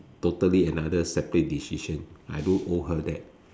totally another separate decision I don't owe her that